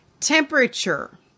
temperature